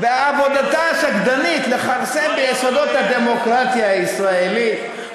ועבודתה השקדנית לכרסם ביסודות הדמוקרטיה הישראלית,